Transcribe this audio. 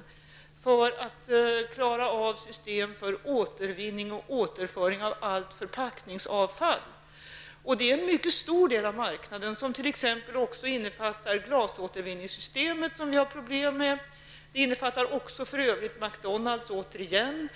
Dessa skall själva ha ansvar för att klara av system för återvinning och återföring av allt förpackningsavfall. Detta är en mycket stor del av marknaden. Den innefattar även t.ex. glasåtervinningssystemet som vi har problem med. Det innefattar för övrigt återigen